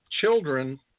children